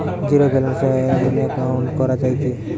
Zero ব্যালেন্সে joint account করা য়ায় কি?